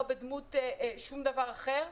לא בדמות שום דבר אחר.